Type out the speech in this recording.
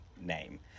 name